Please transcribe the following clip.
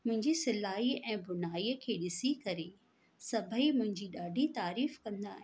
मुंहिंजी सिलाई ऐं बुनाईअ खे ॾिसी करे सभई मुंहिंजी ॾाढी तारीफ़ु कंदा आहिनि